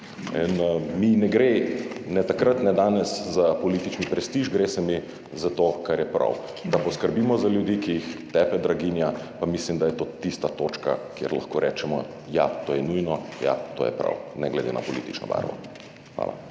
mi ne gre ne takrat ne danes za politični prestiž, gre mi za to, kar je prav, da poskrbimo za ljudi, ki jih tepe draginja, pa mislim, da je to tista točka, kjer lahko rečemo, ja, to je nujno, ja, to je prav. Ne glede na politično barvo. Hvala.